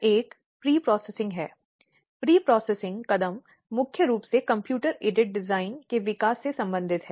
एक जो किसी भी जान बूझकर आचरण की बात करता है जो महिलाओं के खिलाफ अपराध है